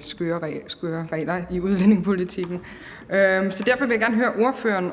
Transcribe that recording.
skøre regler i udlændingepolitikken, så derfor vil jeg gerne høre ordføreren,